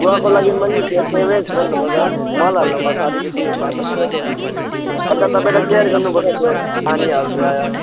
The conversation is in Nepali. गुवाको लागि पनि त्यो सेमै गर्नुपर्छ मल हाल्नुपर्छ अलिकति माटोसँग अन्त तपाईँलाई केयर गर्नुपर्छ तपाईँलाई त्यो पानी हाल्दा